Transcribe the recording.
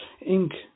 ink